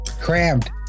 crammed